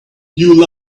you